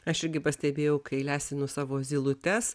aš irgi pastebėjau kai lesinu savo zylutes